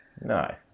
No